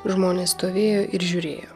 žmonės stovėjo ir žiūrėjo